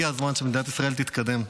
הגיע הזמן שמדינת ישראל תתקדם.